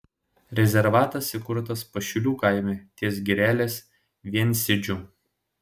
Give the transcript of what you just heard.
rezervatas įkurtas pašilių kaime ties girelės viensėdžiu